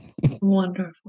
Wonderful